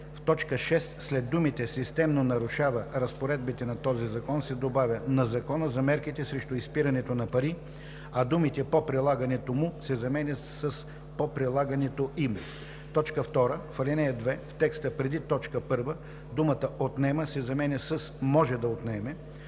в т. 6 след думите „системно нарушава разпоредбите на този закон“ се добавя „на Закона за мерките срещу изпирането на пари“, а думите „по прилагането му“ се заменят с „по прилагането им“. 2. В ал. 2 в текста преди т. 1 думата „отнема“ се заменя с „може да отнеме“.